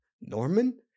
Norman